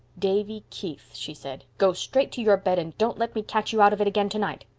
davy keith, she said, go straight to your bed and don't let me catch you out of it again tonight!